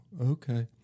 okay